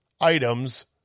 items